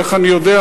איך אני יודע?